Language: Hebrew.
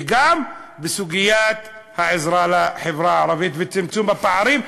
וגם בסוגיית העזרה לחברה הערבית וצמצום הפערים,